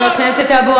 חבל לך על הזמן.